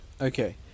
Okay